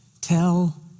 tell